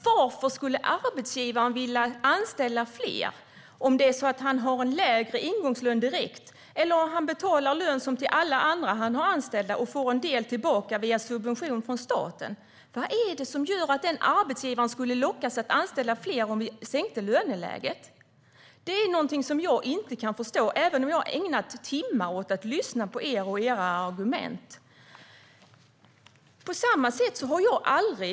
Varför skulle arbetsgivaren vilja anställa fler om det var så att det var en lägre ingångslön än om han betalar samma lön som till alla andra han har anställda och får en del tillbaka via subvention från staten? Vad är det som gör att arbetsgivaren skulle lockas att anställa fler om vi sänkte löneläget? Det är någonting jag inte kan förstå även om jag har ägnat timmar åt att lyssna på er och era argument, Hanif Bali.